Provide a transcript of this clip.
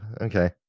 Okay